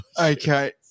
Okay